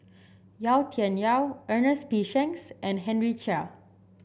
Yau Tian Yau Ernest P Shanks and Henry Chia